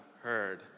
heard